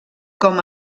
com